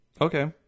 Okay